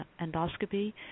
endoscopy